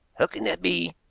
how can that be?